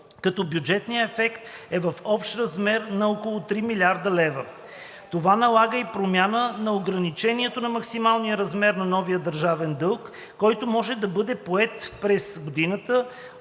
като бюджетният ефект е в общ размер на около 3,0 млрд. лв. Това налага и промяна на ограничението за максимален размер на новия държавен дълг, който може да бъде поет през годината